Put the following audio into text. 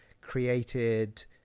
created